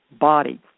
body